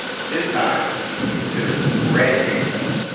this time we consider the bread angle.